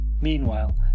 Meanwhile